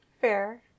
Fair